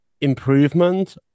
improvement